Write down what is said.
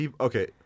Okay